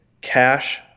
cash